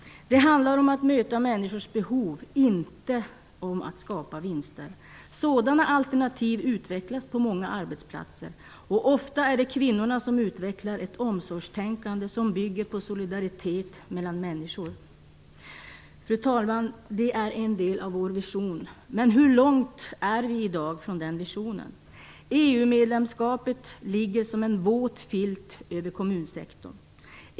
Det handlar om att möta människors behov, inte om att skapa vinster. Sådana alternativ utvecklas på många arbetsplatser, och ofta är det kvinnorna som utvecklar ett omsorgstänkande som bygger på solidaritet mellan människor. Fru talman! Detta är en del av vår vision. Men hur långt är vi i dag från den visionen? EU-medlemskapet ligger som en våt filt över kommunsektorn.